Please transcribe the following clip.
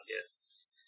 guests